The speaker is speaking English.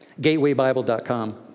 Gatewaybible.com